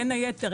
בין היתר,